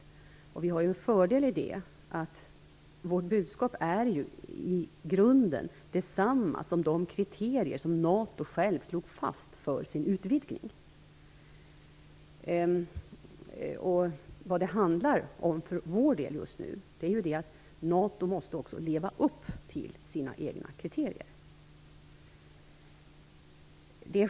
Vi har en fördel av att vårt budskap i grunden är det samma som de kriterier NATO självt slog fast för sin utvidgning. För Sveriges del handlar det just nu om att NATO måste leva upp till sina egna kriterier.